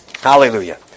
Hallelujah